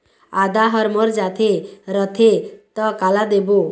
आदा हर मर जाथे रथे त काला देबो?